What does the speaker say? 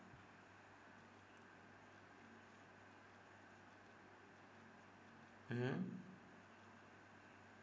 mmhmm